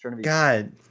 God